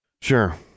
Sure